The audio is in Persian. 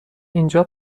اینجا